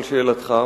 על שאלתך,